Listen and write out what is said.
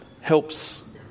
helps